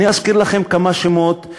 אני אזכיר לכם כמה שמות,